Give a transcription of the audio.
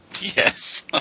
Yes